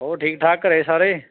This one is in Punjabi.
ਹੋਰ ਠੀਕ ਠਾਕ ਘਰ ਸਾਰੇ